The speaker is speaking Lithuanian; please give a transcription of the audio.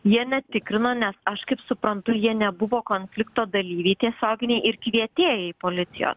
jie netikrino nes aš kaip suprantu jie nebuvo konflikto dalyviai tiesioginiai ir kvietėjai policijos